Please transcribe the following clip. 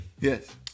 Yes